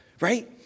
right